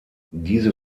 diese